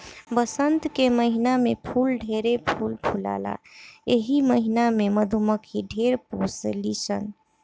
वसंत के महिना में फूल ढेरे फूल फुलाला एही महिना में मधुमक्खी ढेर पोसली सन